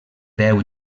deu